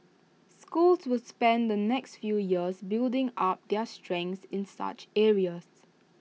schools will spend the next few years building up their strengths in such areas